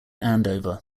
andover